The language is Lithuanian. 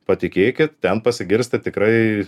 patikėkit ten pasigirsta tikrai